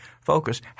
focus